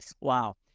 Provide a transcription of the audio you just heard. Wow